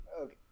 Okay